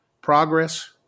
progress